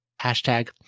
Hashtag